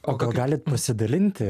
o gal galit pasidalinti